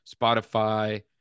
Spotify